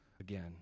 again